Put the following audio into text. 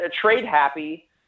trade-happy